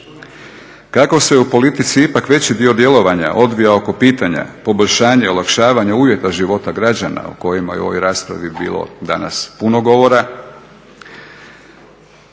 Kako se u politici ipak veći dio djelovanja odvija oko pitanja poboljšanja i olakšavanja uvjeta života građana o kojima je u ovoj raspravi bilo danas puno govora,